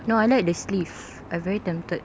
no I like the sleeve I'm very tempted